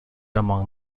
among